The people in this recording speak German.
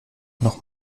noch